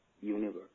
universe